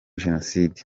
jenoside